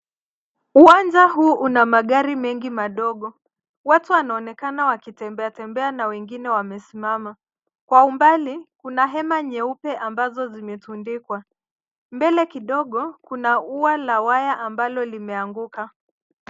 Uwanja huu una magari mengi madogo, watu wanaonekana wakitembea tembea na wengine wamesimama. Kwa umbali kuna hema nyeupe ambazo zimetundikwa, mbele kidogo kuna ua la waya ambalo limeanguka.